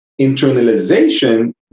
internalization